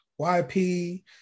YP